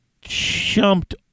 jumped